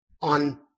on